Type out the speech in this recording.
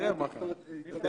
אי-אפשר לנהל כך את הישיבה.